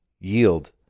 yield